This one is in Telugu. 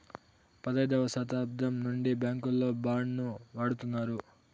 పదైదవ శతాబ్దం నుండి బ్యాంకుల్లో బాండ్ ను వాడుతున్నారు